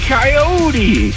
Coyote